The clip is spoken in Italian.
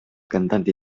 cantante